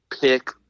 pick